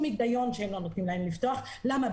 היגיון שהם לא נותנים להם לפתוח למה?